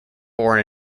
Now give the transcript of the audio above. born